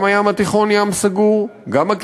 גם הים התיכון הוא ים סגור,